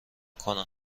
کنم